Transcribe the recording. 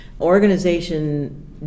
Organization